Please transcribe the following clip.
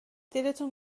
دلتان